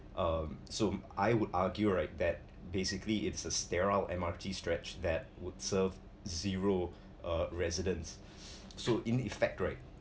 um so I would argue right that basically it's a sterile M_R_T stretch that would serve zero uh residents so in effect right